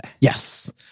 Yes